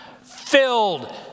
filled